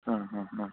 ಹಾಂ ಹಾಂ ಹಾಂ